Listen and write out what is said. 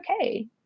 okay